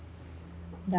ya